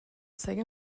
sega